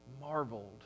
marveled